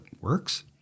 works